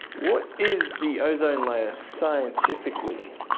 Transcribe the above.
what is the ozone layer, scientifically?